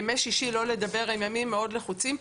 ימי שישי הם ימים מאוד לחוצים.